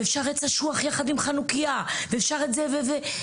אפשר איזשהו עץ אשוח יחד עם חנוכייה ואפשר את זה וזה..